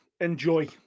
Enjoy